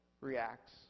reacts